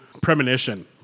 premonition